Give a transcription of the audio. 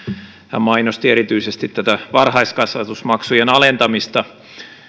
hän mainosti erityisesti tätä varhaiskasvatusmaksujen alentamista